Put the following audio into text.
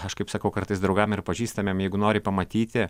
aš kaip sakau kartais draugam ir pažįstamiem jeigu nori pamatyti